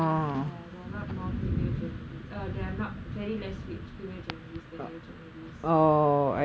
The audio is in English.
then there are a lot of more female journalists uh there are not very less female journalists than male journalists